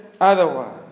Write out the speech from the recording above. otherwise